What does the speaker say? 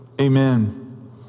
amen